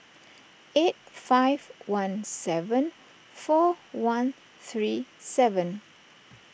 eight five one seven four one three seven